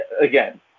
again